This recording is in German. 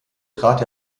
trat